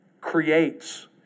creates